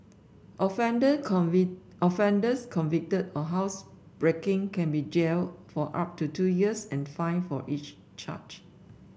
offender offenders convicted of housebreaking can be jailed for up to two years and fined for each charge